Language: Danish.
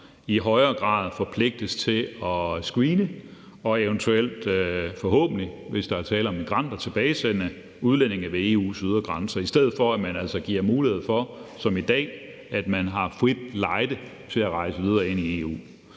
i højere grad forpligtes til at screene og eventuelt forhåbentlig også, hvis der er tale om migranter, tilbagesende udlændinge ved disse ydre grænser, i stedet for, at man altså som i dag giver mulighed for, at de har frit lejde til at rejse videre ind i EU.